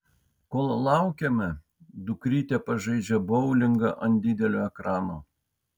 kol laukiame dukrytė pažaidžia boulingą ant didelio ekrano